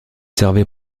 servaient